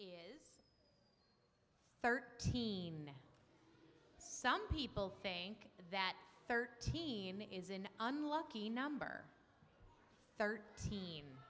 thirteen some people think that thirteen is an unlucky number thirteen